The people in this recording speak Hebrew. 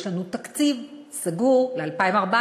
יש לנו תקציב סגור ל-2014.